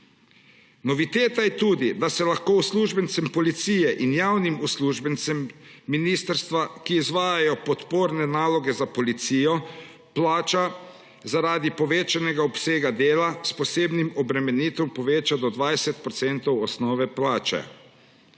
Noviteta je tudi, da se lahko uslužbencem policije in javnim uslužbencem ministrstva, ki izvajajo podporne naloge za policijo, plača zaradi povečanega obsega dela s posebnimi obremenitvami poveča do 20 % osnove plače.